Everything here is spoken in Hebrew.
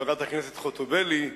חברת הכנסת חוטובלי,